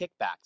kickbacks